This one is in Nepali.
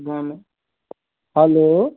हेलो